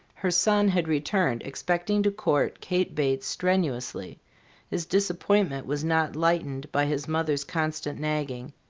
her son had returned expecting to court kate bates strenuously his disappointment was not lightened by his mother's constant nagging.